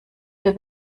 der